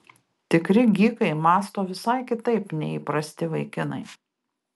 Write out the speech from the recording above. tikri gykai mąsto visai kitaip nei įprasti vaikinai